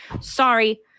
Sorry